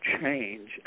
change